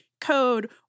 code